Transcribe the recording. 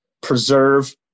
Preserve